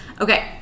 Okay